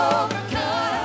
overcome